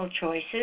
choices